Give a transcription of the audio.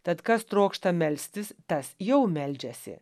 tad kas trokšta melstis tas jau meldžiasi